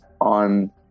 on